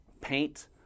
paint